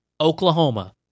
Oklahoma